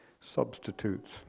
substitutes